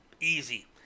easy